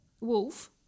Wolf